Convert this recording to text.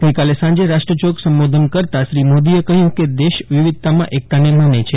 ગઇકાલે સાંજે રાષ્ટ્રજોગ સંબોધન કરતા શ્રી મોદીએ કહયું કે દેશ વિવિધતામાં એકતાને માને છે